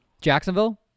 Jacksonville